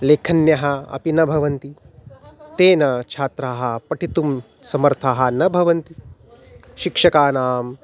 लेखन्यः अपि न भवन्ति तेन छात्राः पठितुं समर्थाः न भवन्ति शिक्षकानां